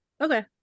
okay